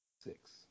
Six